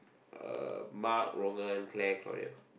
uh Mark Roman Claire Claudia